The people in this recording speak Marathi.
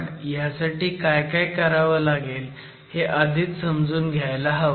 पण ह्यासाठी काय काय करावं लागेल हे आधीच समजून घ्यायला हवं